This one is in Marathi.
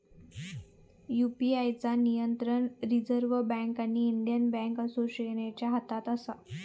यू.पी.आय चा नियंत्रण रिजर्व बॅन्क आणि इंडियन बॅन्क असोसिएशनच्या हातात असा